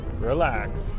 relax